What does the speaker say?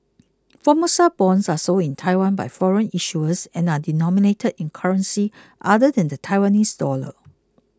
Formosa bonds are sold in Taiwan by foreign issuers and are denominated in currencies other than the Taiwanese dollar